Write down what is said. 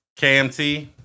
KMT